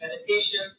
meditation